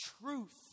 Truth